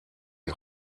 die